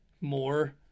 more